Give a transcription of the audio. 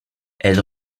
elle